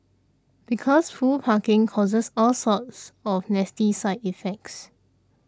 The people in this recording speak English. because full parking causes all sorts of nasty side effects